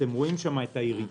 אתם רואים את הירידה.